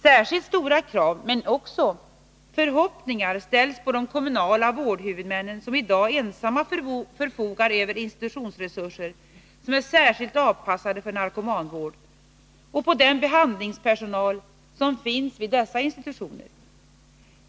Särskilt stora krav men också stora förhoppningar ställs på de kommunala vårdhuvudmännen som i dag ensamma förfogar över institutionsresurser särskilt avpassade för narkomanvård och på den behandlingspersonal som finns vid dessa institutioner.